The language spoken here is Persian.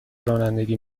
رانندگی